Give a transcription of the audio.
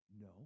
no